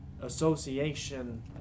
association